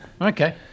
Okay